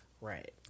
Right